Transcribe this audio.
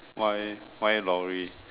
why why lorry